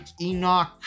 Enoch